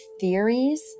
theories